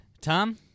Tom